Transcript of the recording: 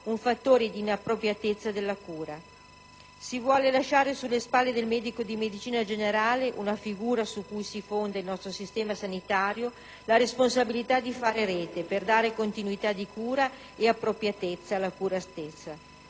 un fattore di inappropriatezza della cura. Si vuole lasciare sulle spalle del medico di medicina generale, una figura su cui si fonda il nostro sistema sanitario, la responsabilità di fare rete per dare continuità di cura e appropriatezza alla cura stessa.